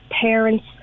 parents